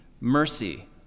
mercy